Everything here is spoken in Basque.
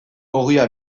ogia